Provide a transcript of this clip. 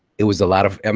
it was a lot of um